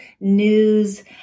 news